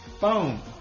Boom